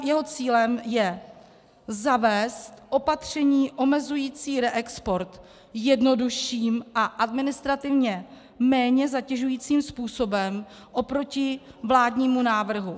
Jeho cílem je zavést opatření omezující reexport jednodušším a administrativně méně zatěžujícím způsobem oproti vládnímu návrhu.